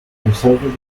conservative